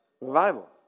Revival